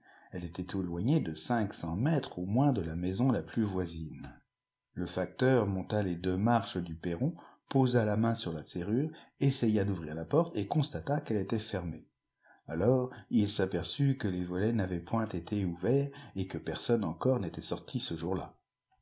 elle était éloignée de cinq cents mètres au moins de la maison la plus voisine le facteur monta les deux marches du perron posa la main sur la serrure essaya d'ouvrir la porte et constata qu'elle était fermée alors il s'aperçut que les volets n'avaient point été ouverts et que personne encore n'était sorti ce jour-là